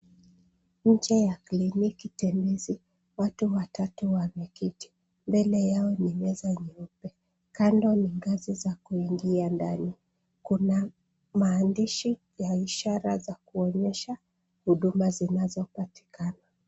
Nje ya kliniki tembezi, watu watatu wameketi, mbele yao ni meza nyeupe, kando ni ngazi za kuingia ndani, kuna maandishi ya ishara za kuonyesha huduma zinazopatikana.